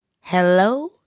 Hello